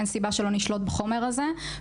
אין סיבה שלא נשלוט בחומר הזה.